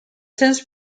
since